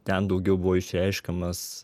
ten daugiau buvo išreiškiamas